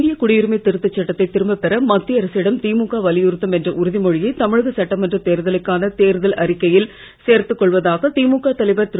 இந்திய குடியுரிமை திருத்தச் சட்டத்தை திரும்ப பெற மத்திய அரசிடம் திமுக வலியுறுத்தும் என்ற உறுதி மொழியை தமிழக சட்டமன்ற தேர்தலுக்கான திமுகவின் தேர்தல் அறிக்கையில் சேர்த்துக் கொள்வதாக திமுக தலைவர் திரு